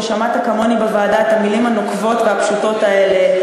ושמעת כמוני בוועדה את המילים הנוקבות והפשוטות האלה,